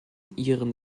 ihren